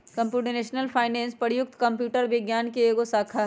computational finance प्रयुक्त computer विज्ञान के एगो शाखा हइ